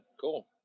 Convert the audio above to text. cool